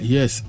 Yes